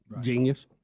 Genius